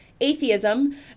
atheism